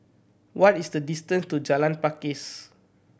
what is the distance to Jalan Pakis